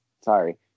Sorry